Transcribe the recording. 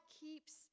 keeps